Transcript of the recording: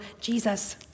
Jesus